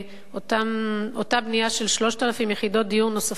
אותה בנייה של 3,000 יחידות דיור נוספות,